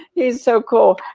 he's so cool.